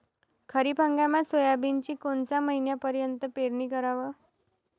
खरीप हंगामात सोयाबीनची कोनच्या महिन्यापर्यंत पेरनी कराव?